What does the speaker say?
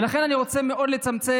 ולכן אני רוצה מאוד לצמצם.